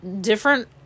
different